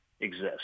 exist